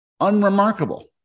unremarkable